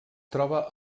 troba